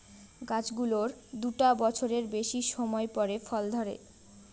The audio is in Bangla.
গাছ গুলোর দুটা বছরের বেশি সময় পরে ফল ধরে